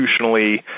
institutionally